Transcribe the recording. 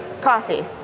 coffee